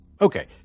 Okay